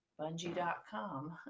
Bungie.com